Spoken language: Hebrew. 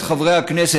את חברי הכנסת,